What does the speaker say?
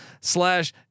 slash